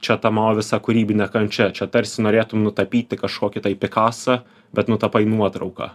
čia ta mano visa kūrybinė kančia čia tarsi norėtum nutapyti kažkokį tai pikasą bet nutapai nuotrauką